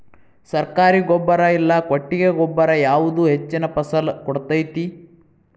ಸರ್ಕಾರಿ ಗೊಬ್ಬರ ಇಲ್ಲಾ ಕೊಟ್ಟಿಗೆ ಗೊಬ್ಬರ ಯಾವುದು ಹೆಚ್ಚಿನ ಫಸಲ್ ಕೊಡತೈತಿ?